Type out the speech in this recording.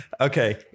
Okay